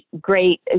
great